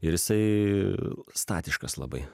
ir jisai statiškas labai